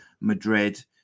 Madrid